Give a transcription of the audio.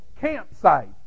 campsite